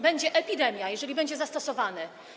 Będzie epidemia, jeżeli będzie zastosowany.